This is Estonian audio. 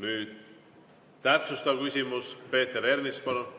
nüüd täpsustav küsimus. Peeter Ernits, palun!